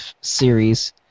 series